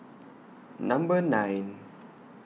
Number nine